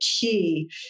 key